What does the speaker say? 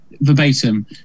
verbatim